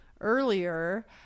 earlier